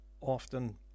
often